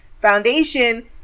Foundation